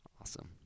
Awesome